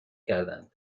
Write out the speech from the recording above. کردن